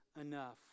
enough